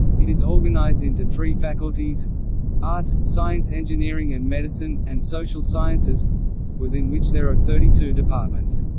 it is organised into three faculties arts, science engineering and medicine, and social sciences within which there are thirty two departments.